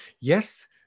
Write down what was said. Yes